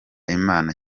imana